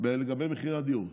לגבי מחירי הדיור.